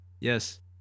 Yes